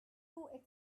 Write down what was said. too